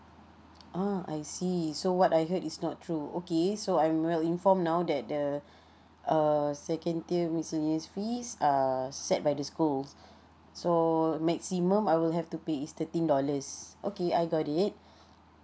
ah I see so what I heard is not true okay so I'm well inform now that the uh second tier miscellaneous fees uh set by the school so maximum I will have to pay is thirteen dollars okay I got it